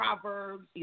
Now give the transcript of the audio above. Proverbs